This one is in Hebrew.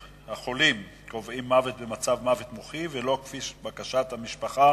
בתי-החולים קובעים מוות במצב מוות מוחי ולא כפי בקשת המשפחה